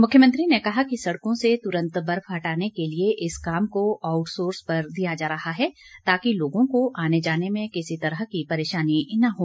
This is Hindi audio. मुख्यमंत्री ने कहा कि सड़कों से तुरंत बर्फ हटाने के लिए इस काम को आउटसोर्स पर दिया जा रहा है ताकि लोगों को आने जाने में किसी तरह की परेशानी न हो